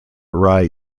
rye